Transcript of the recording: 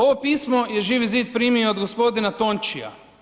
Ovo pismo je Živi zid primio od g. Tončija.